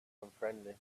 unfriendly